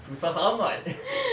susah sangat eh